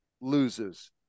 loses